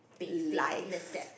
life